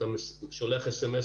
אתה שולח סמ"ס,